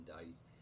days